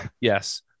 Yes